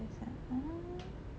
等一下 ha